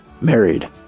married